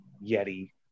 Yeti